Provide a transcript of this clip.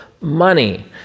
money